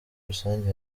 rusange